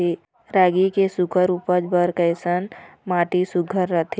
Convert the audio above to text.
रागी के सुघ्घर उपज बर कैसन माटी सुघ्घर रथे?